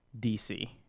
dc